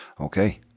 Okay